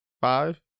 five